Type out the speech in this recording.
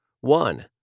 One